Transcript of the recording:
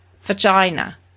Vagina